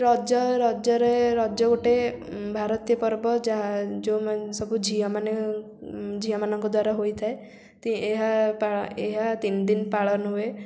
ରଜ ରଜରେ ରଜ ଗୋଟେ ଭାରତୀୟ ପର୍ବ ଯାହା ଯେଉଁମାନେ ସବୁ ଝିଅ ମାନେ ଝିଅମାନଙ୍କ ଦ୍ୱାରା ହୋଇଥାଏ ଏହା ଏହା ତିନି ଦିନ ପାଳନ ହୁଏ